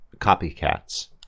Copycats